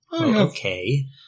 Okay